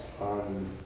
on